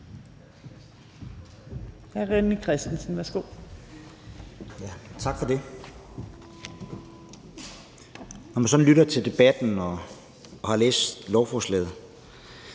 René Christensen. Værsgo.